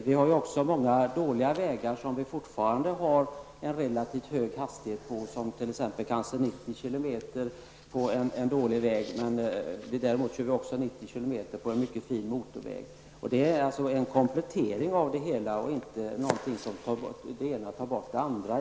Fortfarande finns det många otydligavägar med relativt hög hastighet, t.ex. 90 km tim på en mycket fin motorväg. Vi har alltså velat göra en komplettering. Det är inte så att det ena tar bort det andra.